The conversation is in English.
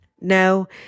No